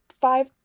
five